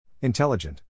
Intelligent